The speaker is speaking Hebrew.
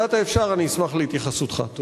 אני אשמח להתייחסותך, במידת האפשר.